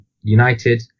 United